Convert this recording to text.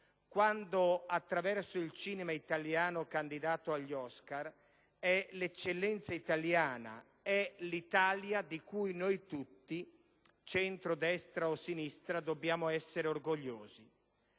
quando attraverso il cinema italiano candidato agli Oscar è l'eccellenza italiana, è l'Italia di cui noi tutti, centro, destra o sinistra, dobbiamo essere orgogliosi,